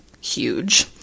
huge